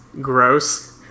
Gross